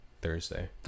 thursday